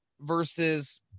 versus